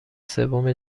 سوم